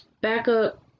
backup